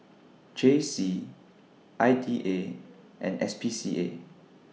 J C I D A and S P C A